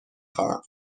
خواهم